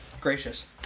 Gracious